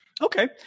Okay